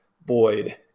boyd